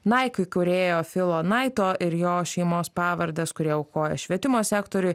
nike įkūrėjo filo naito ir jo šeimos pavardes kurie aukoja švietimo sektoriui